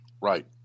right